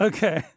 Okay